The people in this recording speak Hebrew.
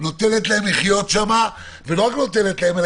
נותנת להם לחיות שם ולא רק נותנת להם אלא